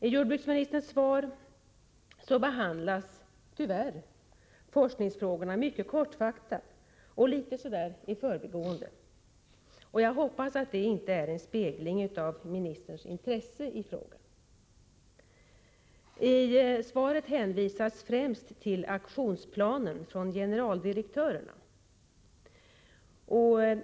I jordbruksministerns svar behandlas, tyvärr, forskningsfrågorna mycket kortfattat och litet i förbigående. Jag hoppas att detta inte är en återspegling av ministerns grad av intresse för frågan. I svaret hänvisas främst till aktionsplanen från generaldirektörerna.